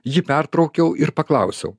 jį pertraukiau ir paklausiau